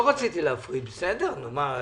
היות ואנחנו לא נפרדים מהקורונה,